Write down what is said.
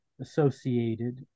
associated